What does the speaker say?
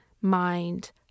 mind